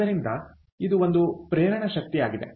ಆದ್ದರಿಂದ ಇದು ಒಂದು ಪ್ರೇರಣೆ ಆಗಿದೆ